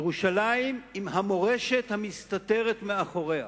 ירושלים עם המורשת המסתתרת מאחוריה,